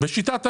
בשיטת המדידה,